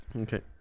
Okay